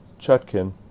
Chutkin